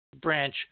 branch